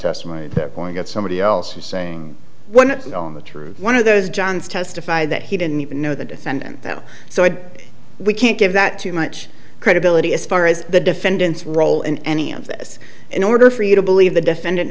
testimony they're going to get somebody else is saying one of the true one of those johns testified that he didn't even know the defendant now so we can't give that too much credibility as far as the defendant's role in any of this in order for you to believe the defendant